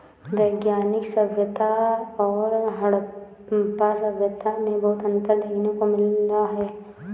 वैदिक सभ्यता और हड़प्पा सभ्यता में बहुत अन्तर देखने को मिला है